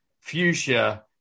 fuchsia